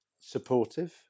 supportive